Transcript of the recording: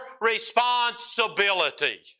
responsibility